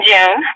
June